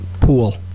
Pool